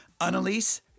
Annalise